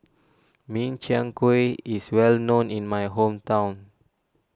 Min Chiang Kueh is well known in my hometown